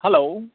hello